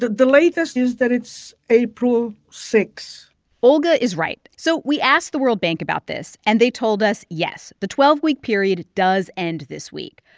the the latest is that it's april six point olga is right. so we asked the world bank about this, and they told us, yes, the twelve week period does end this week.